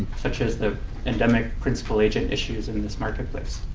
such as the endemic principle agent issues in this marketplace.